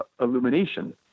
illumination